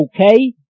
okay